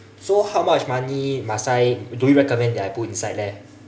so how much money must I do you recommend that I put inside leh